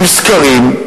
עם סקרים,